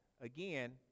again